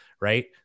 right